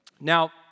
Now